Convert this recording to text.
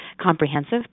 comprehensive